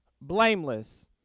blameless